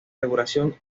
regulación